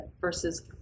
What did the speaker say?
versus